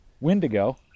Windigo